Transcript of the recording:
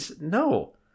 no